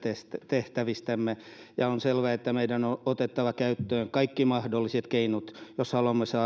tehtävistämme ja on selvää että meidän on otettava käyttöön kaikki mahdolliset keinot jos haluamme